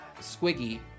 Squiggy